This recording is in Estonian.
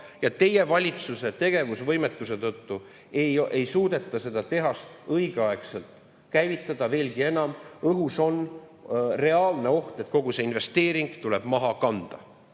aga teie valitsuse tegevusvõimetuse tõttu ei suudeta seda tehast õigeaegselt käivitada. Veelgi enam, õhus on reaalne oht, et kogu see investeering tuleb maha kanda.